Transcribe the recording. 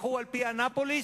תלכו על-פי אנאפוליס,